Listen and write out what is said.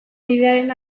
bidearen